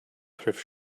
thrift